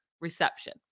reception